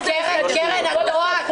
קרן, את טועה.